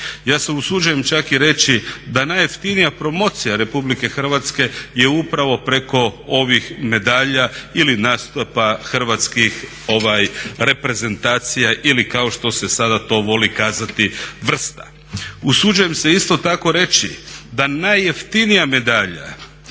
Ja se usuđujem čak i reći da najjeftinija promocija Republike Hrvatske je upravo preko ovih medalja ili nastupa hrvatskih reprezentacija ili kao što se sada to voli kazati vrsta. Usuđujem se isto tako reći da najjeftinija medalja